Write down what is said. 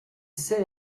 sert